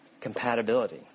compatibility